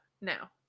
now